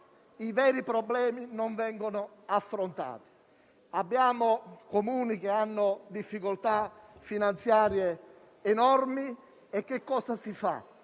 I veri problemi, però, non vengono affrontati. Ci sono Comuni che hanno difficoltà finanziarie enormi e cosa si fa?